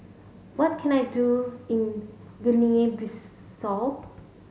what can I do in Guinea Bissau